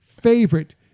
favorite